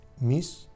miss